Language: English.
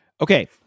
Okay